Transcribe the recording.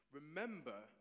Remember